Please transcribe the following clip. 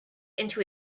into